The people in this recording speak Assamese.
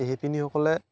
শিপিনীসকলে